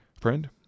Friend